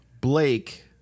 Blake